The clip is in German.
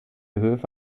höfe